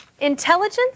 intelligence